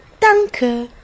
danke